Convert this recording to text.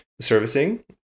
servicing